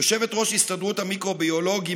יושבת-ראש הסתדרות המיקרוביולוגים,